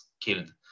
killed